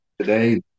today